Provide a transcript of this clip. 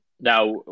Now